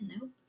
Nope